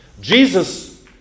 Jesus